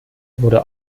wurde